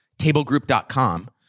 tablegroup.com